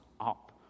up